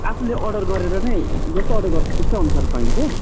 आफूले अर्डर गरेर नै जस्तो अर्डर गर्छ त्यस्तैअनुसार पाइन्छ